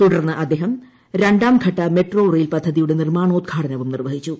തുടർന്ന് അദ്ദേഹം രണ്ടാം ഘട്ട മെട്രോ റെയിൽ പദ്ധതിയുടെ നിർമ്മാണോദ്ഘാടനവും നിർവ്വഹിച്ചു